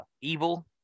evil